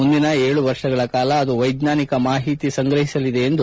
ಮುಂದಿನ ಏಳು ವರ್ಷಗಳ ಕಾಲ ಅದು ವೈಜ್ವಾನಿಕ ಮಾಹಿತಿ ಸಂಗ್ರಹಿಸಲಿದೆ ಎಂದು ಕೆ